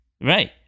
Right